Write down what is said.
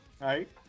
right